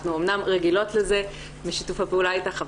אנחנו אמנם רגילות לזה משיתוף הפעולה איתך,